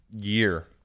year